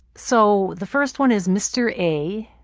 so the first one is mr. a.